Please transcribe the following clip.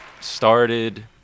started